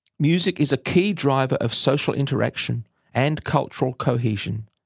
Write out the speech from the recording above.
music is a key driver of social interaction and cultural cohesion,